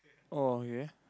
oh okay